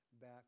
back